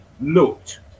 looked